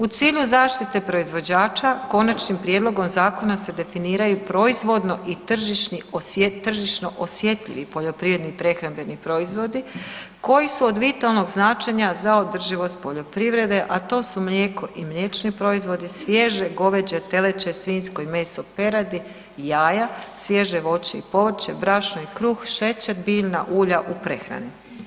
U cilju zaštite proizvođača, konačnim prijedlogom zakona se definiraju proizvodno i tržišno osjetljivi poljoprivredni i prehrambeni proizvodi koji su od vitalnog značenja za održivost poljoprivrede a to su mlijeko i mliječni proizvodi, svježe goveđe, teleće, svinjsko i meso peradi, jaja, svježe voće i povrće, brašno i kruh, šećer, biljna ulja u prehrani.